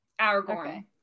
Aragorn